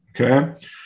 Okay